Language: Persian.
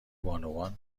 بانوان